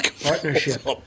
partnership